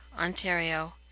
Ontario